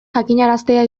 jakinaraztea